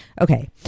Okay